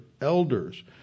elders